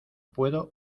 puedo